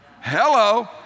Hello